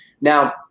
Now